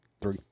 three